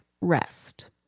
rest